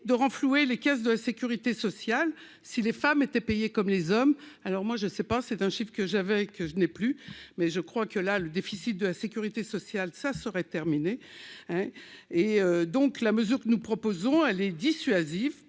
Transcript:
de renflouer les caisses de Sécurité sociale si les femmes étaient payées comme les hommes, alors moi je sais pas, c'est un chiffre que j'avais, que je n'ai plus mais je crois que là, le déficit de la Sécurité sociale, ça serait terminé, hein, et donc la mesure que nous proposons, elle est dissuasif